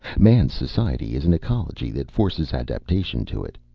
man's society is an ecology that forces adaptation to it.